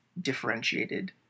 differentiated